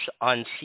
on